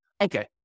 Okay